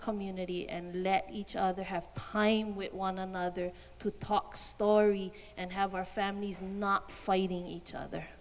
community and let each other have pine with one another to talk story and have our families not fighting each other